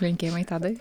linkėjimai tadai